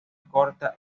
corta